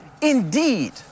Indeed